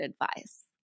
advice